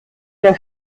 der